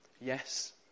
Yes